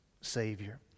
Savior